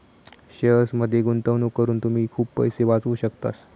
शेअर्समध्ये गुंतवणूक करून तुम्ही खूप पैसे वाचवू शकतास